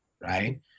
right